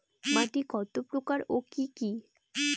মাটি কত প্রকার ও কি কি?